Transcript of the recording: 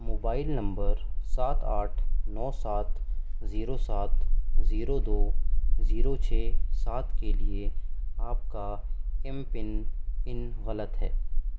mobile number سات آٹھ نو سات زیرو سات زیرو دو زیرو چھ سات کے لیے آپ کا ایم پن ان غلط ہے